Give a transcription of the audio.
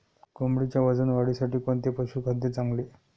कोंबडीच्या वजन वाढीसाठी कोणते पशुखाद्य चांगले?